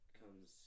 comes